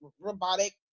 robotic